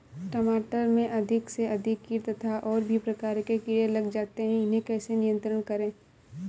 टमाटर में अधिक से अधिक कीट तथा और भी प्रकार के कीड़े लग जाते हैं इन्हें कैसे नियंत्रण करें?